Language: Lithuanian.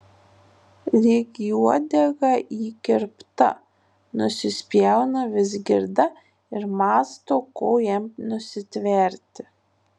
lyg į uodegą įkirpta nusispjauna vizgirda ir mąsto ko jam nusitverti